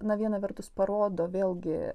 na viena vertus parodo vėlgi